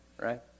Right